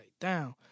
down